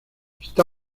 está